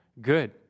good